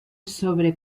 sobre